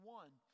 one